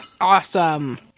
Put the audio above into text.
Awesome